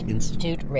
Institute